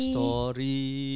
Story